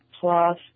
plus